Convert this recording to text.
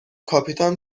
کاپیتان